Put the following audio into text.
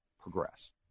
progress